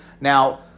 Now